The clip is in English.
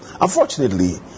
Unfortunately